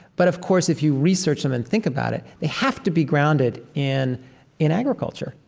but, of course, if you research them and think about it, they have to be grounded in in agriculture,